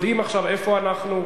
יודעים עכשיו איפה אנחנו,